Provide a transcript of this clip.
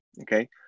Okay